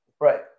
Right